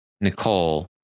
Nicole